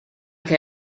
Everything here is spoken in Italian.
che